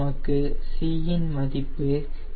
நமக்கு c இன் மதிப்பு 0